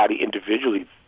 individually